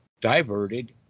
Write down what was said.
diverted